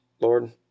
Lord